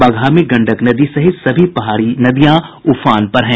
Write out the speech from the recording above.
बगहा में गंडक सहित सभी पहाड़ी नदियां उफान पर हैं